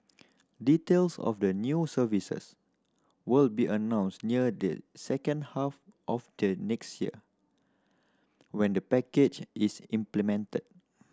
details of the new services will be announced near the second half of the next year when the package is implemented